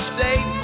State